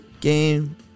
game